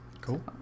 Cool